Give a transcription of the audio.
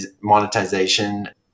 monetization